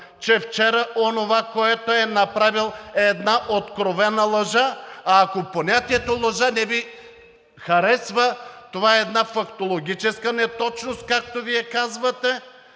че вчера онова, което е направил, е една откровена лъжа. А ако понятието лъжа не Ви харесва, това е една фактологическа неточност, както Вие казвате,